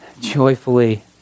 joyfully